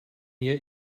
yet